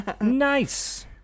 Nice